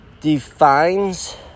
defines